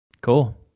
Cool